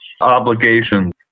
obligations